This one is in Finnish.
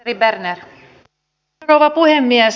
arvoisa rouva puhemies